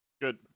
Good